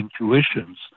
intuitions